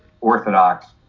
Orthodox